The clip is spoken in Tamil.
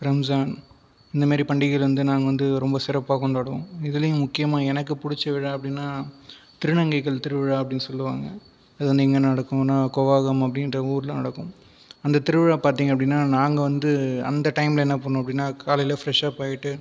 ரம்ஸான் இந்த மாதிரி பண்டிகைகளை வந்து நாங்கள் வந்து ரொம்ப சிறப்பாக கொண்டாடுவோம் இதுலேயும் முக்கியமாக எனக்கு பிடிச்ச விழா அப்படின்னால் திருநங்கைகள் திருவிழா அப்படின்னு சொல்லுவாங்க அது வந்து எங்கே நடக்கும்ன்னால் கூவாகம் அப்படிங்ற ஊரில் நடக்கும் அந்த திருவிழா பார்த்தீங்க அப்படின்னால் நாங்கள் வந்து அந்த டைமில் என்ன பண்ணுவோம் அப்படின்னால் காலையிலேயே ஃப்ரெஷ்அப் ஆகிட்டு